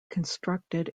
constructed